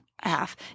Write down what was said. half